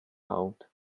out